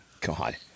God